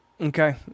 Okay